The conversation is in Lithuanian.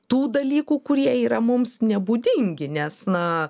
tų dalykų kurie yra mums nebūdingi nes na